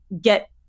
get